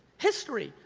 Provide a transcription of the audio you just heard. history,